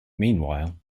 meanwhile